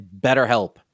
BetterHelp